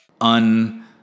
un